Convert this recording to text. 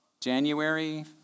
January